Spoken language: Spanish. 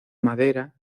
madera